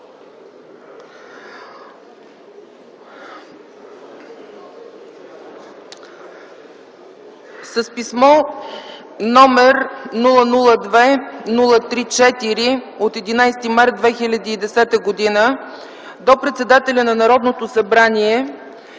С писмо № 002-03-4 от 11 март 2010 г. до председателя на Народното събрание